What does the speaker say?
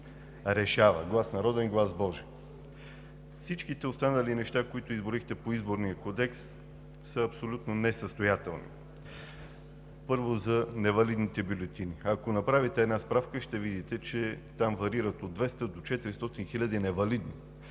решава – „Глас народен – глас божи“. Всичките останали неща, които изброихте по Изборния кодекс, са абсолютно несъстоятелни. Първо, за невалидните бюлетини. Ако направите една справка, ще видите, че там варират от 200 до 400 хиляди невалидни.